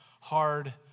Hard